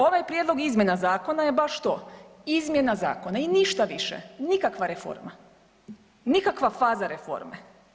Ovaj prijedlog izmjena zakona je baš to, izmjena zakona i ništa više, nikakva reforma, nikakva faza reforme.